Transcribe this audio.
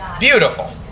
Beautiful